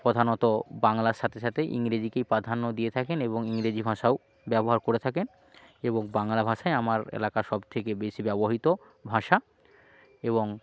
প্রধানত বাংলার সাথে সাথে ইংরেজিকেই প্রাধান্য দিয়ে থাকেন এবং ইংরেজি ভাষাও ব্যবহার করে থাকেন এবং বাংলা ভাষাই আমার এলাকার সবথেকে বেশি ব্যবহৃত ভাষা এবং